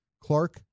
Clark